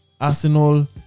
Arsenal